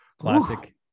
classic